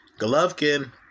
Golovkin